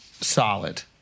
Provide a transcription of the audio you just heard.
solid